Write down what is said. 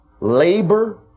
labor